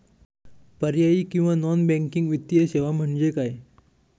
पर्यायी किंवा non banking वित्तीय सेवा म्हणजे काय?